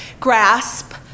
grasp